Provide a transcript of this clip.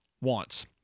wants